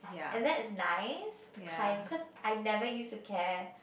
and that is nice to cause I never used to care